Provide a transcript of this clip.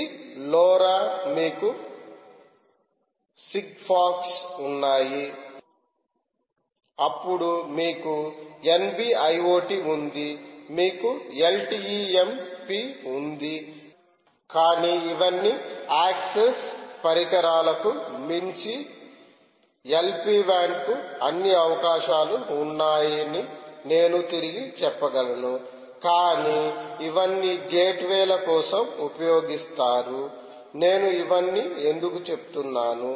ఇవి లోరా మీకు సిగ్ఫాక్స్ ఉన్నాయి అప్పుడు మీకు NB ఐఓటీ ఉంది మీకు కూడా LTE M p ఉంది కానీ ఇవన్నీ యాక్సెస్ పరికరాలకు మించి ఎల్ పి వాన్ కు అన్ని అవకాశాలు ఉన్నాయని నేను తిరిగి చెప్పగలను కాని ఇవన్నీ గేట్వేల కోసం ఉపయోగిస్తారు నేను ఇవన్నీ ఎందుకు చెప్తున్నాను